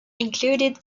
included